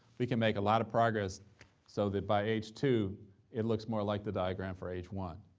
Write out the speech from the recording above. we can make a lot of progress so that by age two it looks more like the diagram for age one,